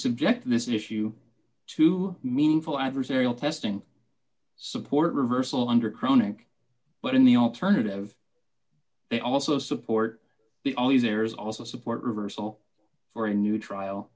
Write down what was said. subject this issue to meaningful adversarial testing support reversal under chronic but in the alternative they also support the always there is also support reversal for a new trial